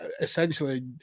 essentially